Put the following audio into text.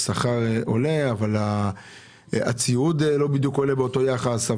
שהשכר עולה אבל הציוד לא עולה בדיוק באותו יחס.